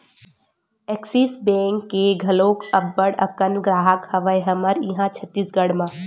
Axis bank के घलोक अब्बड़ अकन गराहक हवय हमर इहाँ छत्तीसगढ़ म